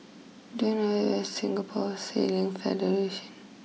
do you know where is Singapore Sailing Federation